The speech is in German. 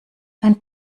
ein